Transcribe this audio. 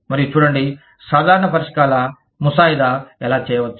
మరియు చూడండి సాధారణ పరిష్కారాల ముసాయిదా ఎలా చేయవచ్చో